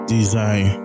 Design